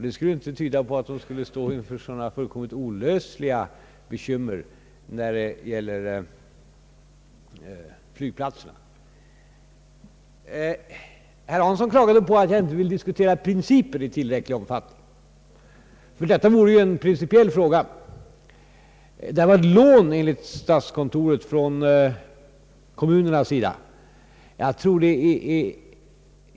Det skulle inte tyda på att de skulle stå inför sådana fullkomligt olösliga bekymmer när det gäller flygplatserna. Herr Hansson klagar på att jag inte vill diskutera principer i tillräcklig omfattning — detta vore ju en principiell fråga. Det var enligt statskontoret fråga om lån från kommunernas sida.